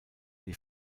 die